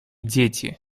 дети